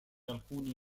alcuni